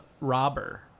robber